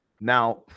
Now